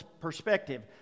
perspective